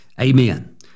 Amen